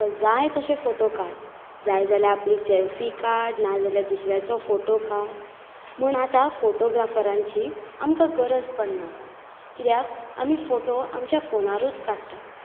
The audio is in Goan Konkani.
तुका जाय तशे फोटो काड जाय जाल्या आपली सॅल्फी काड नाजाल्यार दुसऱ्याचो फोटो काड म्हूण आतां फोटोग्राफरांची आमकां गरज पडना कित्याक आमी फोटो आमच्या फोनारूच काडटा